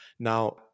Now